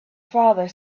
father